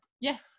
Yes